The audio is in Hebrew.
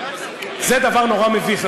זה דבר נורא מביך,